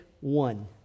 One